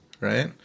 right